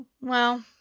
Well